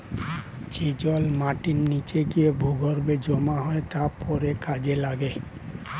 যে জল মাটির নিচে গিয়ে ভূগর্ভে জমা হয় তা পরে কাজে লাগে